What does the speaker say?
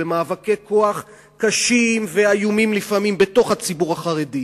במאבקי כוח קשים ואיומים לפעמים בתוך הציבור החרדי,